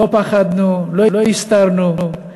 לא פחדנו, לא הסתרנו.